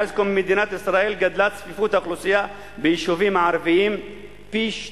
מאז קום מדינת ישראל גדלה צפיפות האוכלוסייה ביישובים הערביים פי-12.